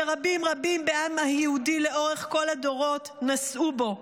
שרבים רבים בעם היהודי לאורך כל הדורות נשאו אותו.